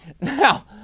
Now